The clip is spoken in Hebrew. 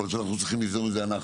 יכול להיות שאנחנו או שאני,